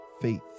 faith